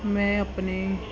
ਮੈਂ ਆਪਣੇ